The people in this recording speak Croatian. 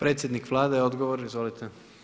Predsjednik Vlade odgovor, izvolite.